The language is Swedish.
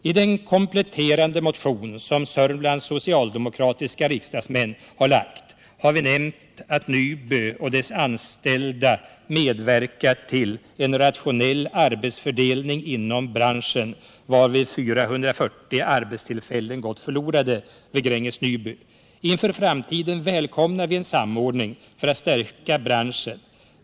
I den kompletterande motion som Sörmlands socialdemokratiska riksdagsmän har lagt har vi nämnt att Nyby och dess anställda medverkat till en rationell arbetsfördelning inom branschen, varvid 440 arbetstillfällen gått förlorade vid Gränges Nyby. Inför framtiden välkomnar vi en samordning för att stärka branschen.